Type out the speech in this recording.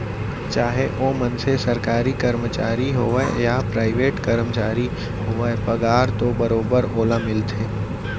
चाहे ओ मनसे सरकारी कमरचारी होवय या पराइवेट करमचारी होवय पगार तो बरोबर ओला मिलथे